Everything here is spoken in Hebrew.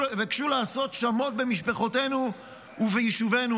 לעשות שמות במשפחותינו וביישובינו.